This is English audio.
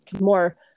more